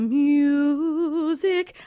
music